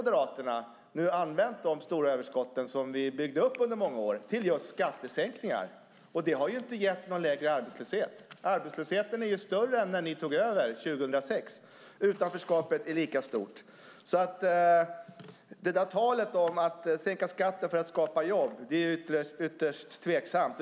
De stora överskott som vi byggde upp under många år har Moderaterna använt till skattesänkningar. Det har inte lett till lägre arbetslöshet. Arbetslösheten är större än när ni tog över 2006, och utanförskapet är lika stort. Att sänka skatten för att skapa jobb är ytterst tveksamt.